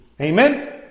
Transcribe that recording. Amen